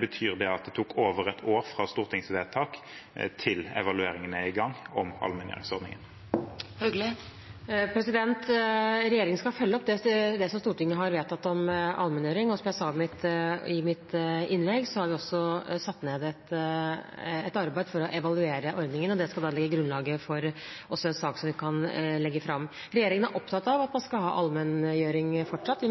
Betyr det at det tok over et år fra Stortinget vedtok dette, til evalueringen om allmenngjøringsordningen er i gang? Regjeringen skal følge opp det som Stortinget har vedtatt om allmenngjøring, og som jeg sa i mitt innlegg, har vi også satt i gang et arbeid for å evaluere ordningen, og det skal legge grunnlaget for en sak som vi kan legge fram. Regjeringen er opptatt av at man skal ha allmenngjøring fortsatt.